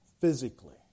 physically